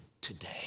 today